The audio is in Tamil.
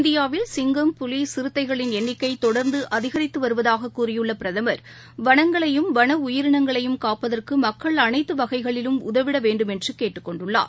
இந்தியாவில் சிங்கம் புலி சிறுத்தைகளின் எண்ணிக்கை தொடர்ந்து அதிகித்து வருவதாகக் கூறியுள்ள பிரதம் வனங்களையும் வன உயிரினங்களை காப்பதற்கும் மக்கள் அனைத்து வகைகளிலும் உதவிட வேண்டுமென்று கேடடுக் கொண்டுள்ளார்